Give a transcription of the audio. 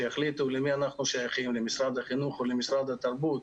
שיחליטו למי אנחנו שייכים- למשרד החינוך או למשרד התרבות,